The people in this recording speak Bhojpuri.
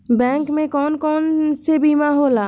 बैंक में कौन कौन से बीमा होला?